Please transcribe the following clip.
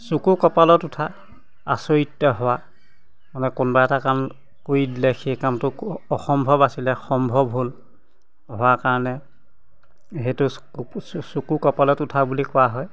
চকু কপালত উঠা আচৰিত হোৱা মানে কোনোবা এটা কাম কৰি দিলে সেই কামটোক অসম্ভৱ আছিলে সম্ভৱ হ'ল হোৱাৰ কাৰণে সেইটো চকু কপালত উঠা বুলি কোৱা হয়